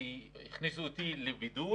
הכניסו אותי לבידוד